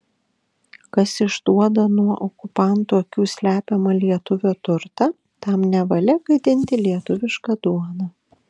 kas išduoda nuo okupantų akių slepiamą lietuvio turtą tam nevalia gadinti lietuvišką duoną